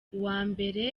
uwambere